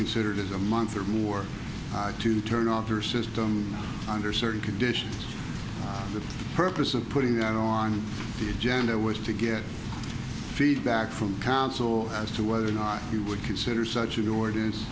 considered as a month or more to turn off their system under certain conditions the purpose of putting that on the agenda was to get feedback from council as to whether or not he would consider such an ordinance